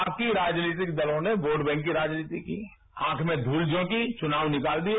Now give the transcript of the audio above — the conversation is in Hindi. बाकी राजनीतिक दलों ने वोट बैंक की राजनीति की आंख में धूल झोंकी चुनाव निकाल दिए